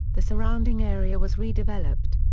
the surrounding area was redeveloped.